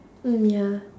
mm ya